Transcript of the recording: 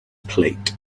plate